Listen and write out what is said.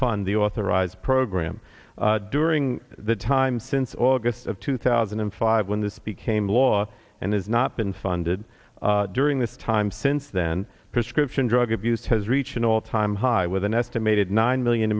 fund the authorized program during the time since august of two thousand and five when this became law and has not been funded during this time since then prescription drug abuse has reached an all time high with an estimated nine million